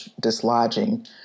dislodging